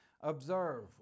Observe